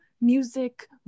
Music